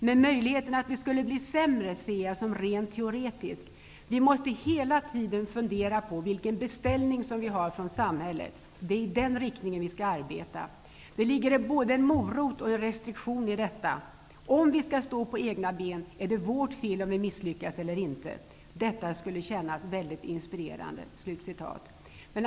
Men möjligheten att vi skulle bli sämre ser jag som rent teoretisk. Vi måste hela tiden fundera på vilken beställning som vi har från samhället. Det är i den riktningen vi skall arbeta. Det ligger både en morot och en restriktion i detta: om vi skall stå på egna ben, är det vårt fel om vi misslyckas eller inte. Detta skulle kännas väldigt inspirerande.''